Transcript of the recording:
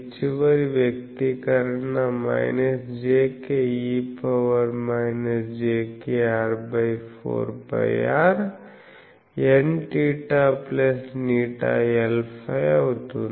చివరి వ్యక్తీకరణ jke jkr4πrNθηLφ అవుతుంది